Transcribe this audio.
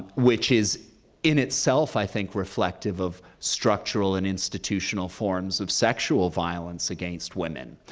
which is in itself, i think, reflective of structural and institutional forms of sexual violence against women.